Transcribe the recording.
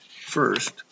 first